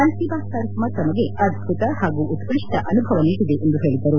ಮನ್ ಕಿ ಬಾತ್ ಕಾರ್ಯಕ್ರಮ ತಮಗೆ ಅದ್ದುತ ಹಾಗೂ ಉತ್ಸ ಷ್ವ ಅನುಭವ ನೀಡಿದೆ ಎಂದು ಹೇಳಿದರು